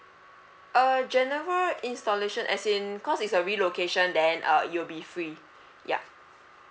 uh general installation as in cause it's a relocation then uh it'll be free ya